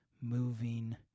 moving